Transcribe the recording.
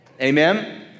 Amen